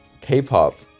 k-pop